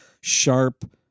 sharp